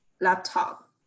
laptop